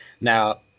Now